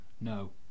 no